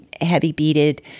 heavy-beaded